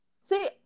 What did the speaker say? See